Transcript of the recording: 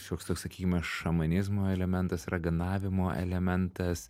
šioks toks sakykime šamanizmo elementas raganavimo elementas